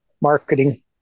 marketing